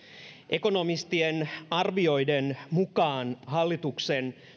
ekonomistien arvioiden mukaan hallituksen